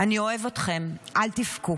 אני אוהב אתכם, אל תבכו.